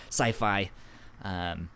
sci-fi